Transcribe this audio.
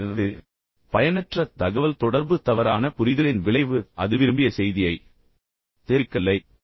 எனவே பயனற்ற தகவல்தொடர்பு தவறான புரிதலின் விளைவு மற்றும் அது விரும்பிய செய்தியை தெரிவிக்கவில்லை இங்கே